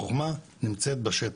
החוכמה נמצאת בשטח,